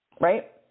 Right